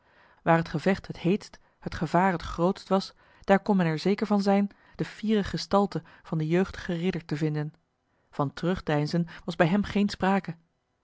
waar het gevecht het heerst het gevaar het grootst was daar kon men er zeker van zijn de fiere gestalte van den jeugdigen ridder te vinden van terugdeinzen was bij hem geen sprake